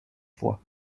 fois